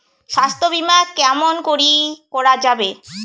স্বাস্থ্য বিমা কেমন করি করা যাবে?